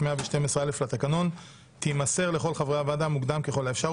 112(א) לתקנון תימסר לכל חברי הוועדה מוקדם ככל האפשר,